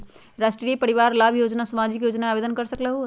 राष्ट्रीय परिवार लाभ योजना सामाजिक योजना है आवेदन कर सकलहु?